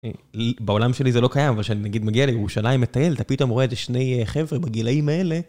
בעולם שלי זה לא קיים, אבל כשאני נגיד מגיע לירושלים מטייל, אתה פתאום רואה את שני חבר'ה בגילאים האלה.